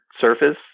surface